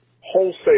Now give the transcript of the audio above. wholesale